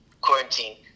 quarantine